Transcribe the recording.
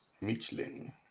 Michelin